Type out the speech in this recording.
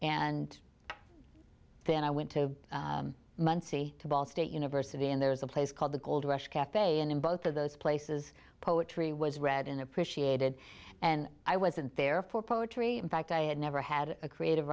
and then i went to muncie to ball state university and there was a place called the gold rush cafe and in both of those places poetry was read in appreciated and i wasn't there for poetry in fact i had never had a creative